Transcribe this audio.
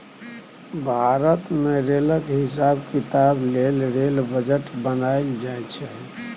भारत मे रेलक हिसाब किताब लेल रेल बजट बनाएल जाइ छै